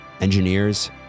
engineers